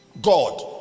God